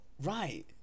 right